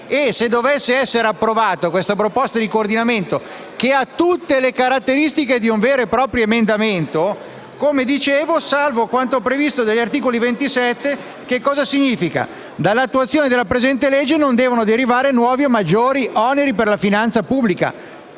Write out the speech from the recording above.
provvedimento stesso. Questa proposta di coordinamento ha tutte le caratteristiche di un vero e proprio emendamento, come dicevo. «Salvo quanto previsto dagli articoli 27, comma 1, e 32» significa che dall'attuazione della presente legge non devono derivare nuovi o maggiori oneri per la finanza pubblica